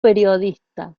periodista